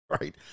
right